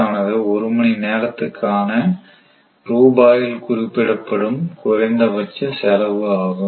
ஆனது ஒரு மணி நேரத்துக்கான ரூபாயில் குறிப்பிடப்படும் குறைந்தபட்ச செலவு ஆகும்